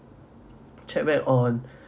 check back on